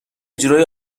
جورایی